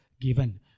given